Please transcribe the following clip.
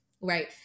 Right